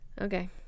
Okay